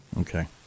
Okay